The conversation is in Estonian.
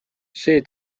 see